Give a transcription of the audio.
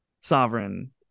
sovereign